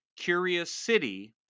CuriousCity